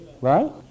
right